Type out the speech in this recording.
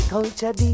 Culture